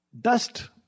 dust